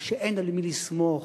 ושאין על מי לסמוך,